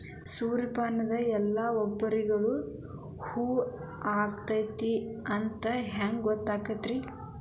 ಸೂರ್ಯಪಾನ ಎಲ್ಲ ಬರಬ್ಬರಿ ಹೂ ಆಗೈತಿ ಅಂತ ಹೆಂಗ್ ಗೊತ್ತಾಗತೈತ್ರಿ?